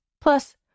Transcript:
Plus